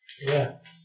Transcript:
Yes